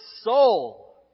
soul